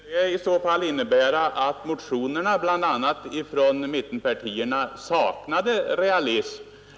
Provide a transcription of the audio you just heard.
Herr talman! Det skulle i så fall innebära att motionerna bl.a. från mittenpartierna saknade realism.